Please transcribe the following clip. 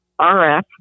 RF